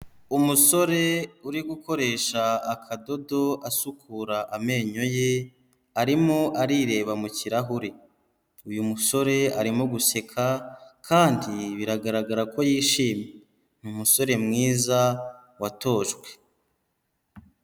Umusore uri gukoresha akadodo asukura amenyo ye, arimo arireba mu kirahure, uyu musore arimo guseka, kandi biragaragara ko yishimye, ni umusore mwiza watojwe.